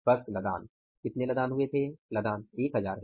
बस लदान कितने लदान हुए थे लदान 1000 हैं